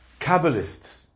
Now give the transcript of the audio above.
Kabbalists